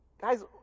guys